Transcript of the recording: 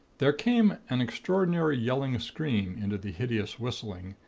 there came an extraordinary yelling scream into the hideous whistling,